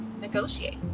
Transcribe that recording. negotiate